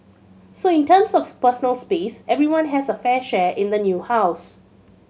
so in terms of personal space everyone has a fair share in the new house